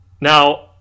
Now